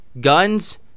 Guns